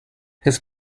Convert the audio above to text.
his